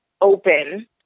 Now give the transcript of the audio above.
open